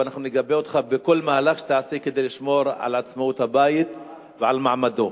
ואנחנו נגבה אותך בכל מהלך שתעשה כדי לשמור על עצמאות הבית ועל מעמדו.